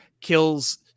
kills